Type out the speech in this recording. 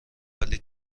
ولی